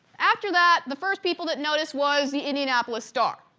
after that, the first people that noticed was the indianapolis star,